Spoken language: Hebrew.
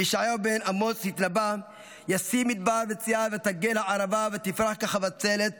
וישעיה בן אמוץ התנבא: 'יששום מדבר וציה ותגל ערבה ותפרח כחבצלת